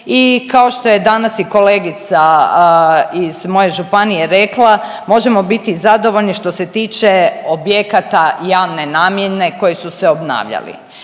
kao što je danas i kolegica iz moje županije rekla, možemo biti zadovoljni što se tiče objekata javne namjene koje su se obnavljali.